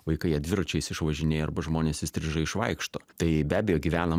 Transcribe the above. vaikai ją dviračiais išvažinėja arba žmonės įstrižai išvaikšto tai be abejo gyvenam